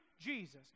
Jesus